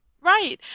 Right